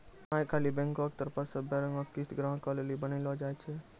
आई काल्हि बैंको के तरफो से सभै रंगो के किस्त ग्राहको लेली बनैलो जाय छै